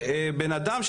שבנאדם,